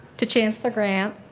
to chancellor grant,